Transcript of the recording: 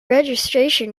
registration